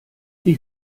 die